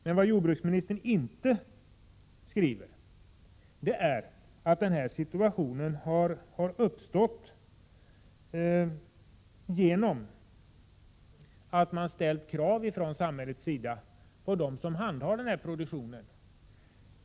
Men vad jordbruksministern inte skriver är att den här situationen har uppstått genom att man från samhällets sida har ställt krav på dem som handhar denna produktion.